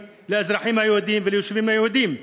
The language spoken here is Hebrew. לאזרחים היהודים וליישובים היהודיים,